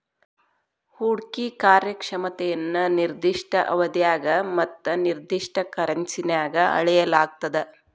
ಹೂಡ್ಕಿ ಕಾರ್ಯಕ್ಷಮತೆಯನ್ನ ನಿರ್ದಿಷ್ಟ ಅವಧ್ಯಾಗ ಮತ್ತ ನಿರ್ದಿಷ್ಟ ಕರೆನ್ಸಿನ್ಯಾಗ್ ಅಳೆಯಲಾಗ್ತದ